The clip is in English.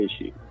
issue